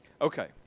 Okay